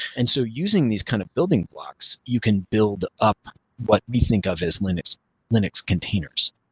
and so using these kind of building blocks, you can build up what we think of as linux linux containers